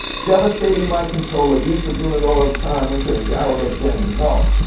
devastating my controller. d is for doin' it all of the time, instead of darryl mcdaniels, no.